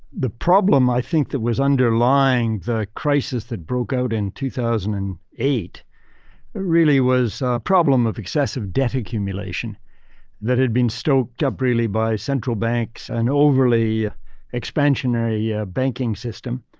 the problem i think that was underlying the crisis that broke out in two thousand and eight really was a problem of excessive debt accumulation that had been stoked up really by central banks, an overly expansionary yeah banking system.